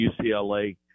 UCLA